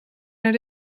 naar